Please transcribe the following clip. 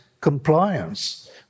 compliance